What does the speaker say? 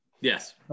Yes